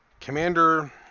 Commander